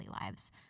lives